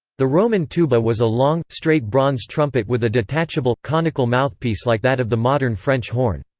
the roman tuba was a long, straight bronze trumpet with a detachable, conical mouthpiece like that of the modern french horn.